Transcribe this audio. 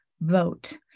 vote